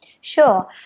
Sure